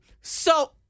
So-